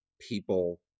people